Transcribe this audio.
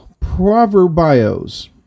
proverbios